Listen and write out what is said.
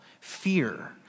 Fear